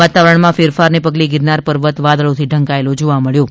વાતાવરણમાં ફેરફારના પગલે ગિરનાર પર્વત વાદળો થી ઢંકાયેલો જોવા મળ્યો હતો